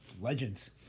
legends